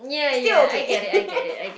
still okay